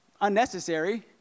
unnecessary